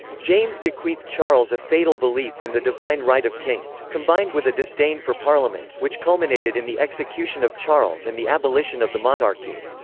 james bequeathed charles a fatal belief in the divine right of kings, combined with a disdain for parliament, which culminated in the execution of charles and the abolition of the monarchy.